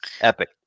Epic